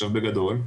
בגדול,